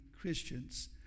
Christians